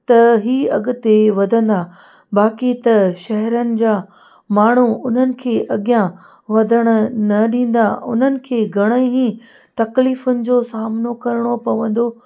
त ई अॻिते वधंदा बाक़ी त शहरनि जा माण्हू उन्हनि खे अॻियां वधणु न ॾींदा उन्हनि खे घणेई तकलीफ़ुनि जो सामनो करिणो पवंदो